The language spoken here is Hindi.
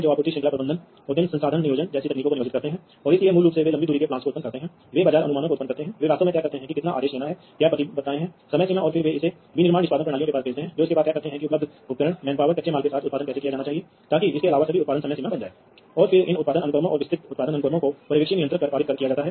उदाहरण के लिए यह दिखाता है कि यदि आपके पास वास्तव में है तो आप बहुत विस्तृत संयंत्र क्षेत्र नेटवर्क जानते हैं जो वास्तव में चल सकता है आप किलोमीटर जानते हैं यदि आपने बड़े कारखाने देखे हैं तो आपको पता होगा कि उदाहरण के लिए यदि आप टेल्को जाते हैं या यदि आप टिस्को या किसी बड़े इस्पात संयंत्र में जाना चाहते हैं तो आप देखेंगे कि यह कारखाना वास्तव में कई वर्ग किलोमीटर का है